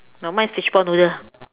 no mine is fishball noodle